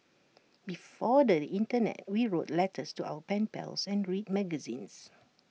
before the Internet we wrote letters to our pen pals and read magazines